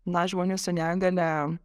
na žmonių su negalia